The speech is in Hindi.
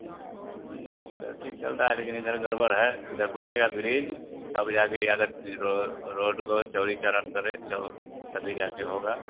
तो ठीक चल रहा है लेकिन इधर गड़बड़ है इधर बनेगा ब्रीज तब जाकर यह अगर रोड को चौरीचरन करे तभी जाकर होगा